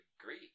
agree